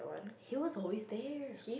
he was always there